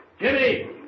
Jimmy